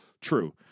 true